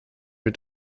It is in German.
mit